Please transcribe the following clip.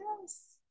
yes